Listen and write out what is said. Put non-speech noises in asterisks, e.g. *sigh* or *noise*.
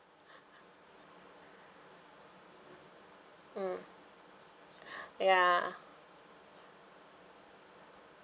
mm *breath* ya